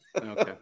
Okay